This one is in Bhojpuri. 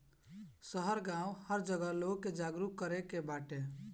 शहर गांव हर जगह लोग के जागरूक करे के जरुरत बाटे